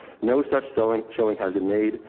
no such sewing showing has been made.